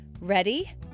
Ready